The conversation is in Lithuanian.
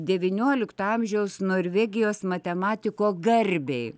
devyniolikto amžiaus norvegijos matematiko garbei